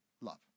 love